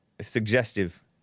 suggestive